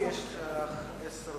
ערביות.